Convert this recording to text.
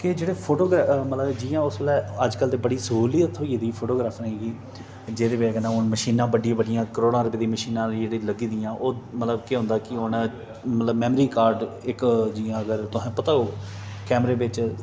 के जेह्ड़े फोटोग्राफर मतलब जियां उसलै अज्जकल ते बड़ी स्हूलियत थ्होई गेदी फोटोग्राफरें गी जेह्दी बजह कन्नै हून मशीनां बड्डियां बड्डियां करोड़ां रपेऽ दियां मशीनां जेह्ड़ी लग्गी दियां ओह् मतलब केह् होंदा कि हून मतलब मैमरी कार्ड इक जियां अगर तुसेंगी पता होग कैमरे बिच्च